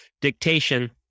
Dictation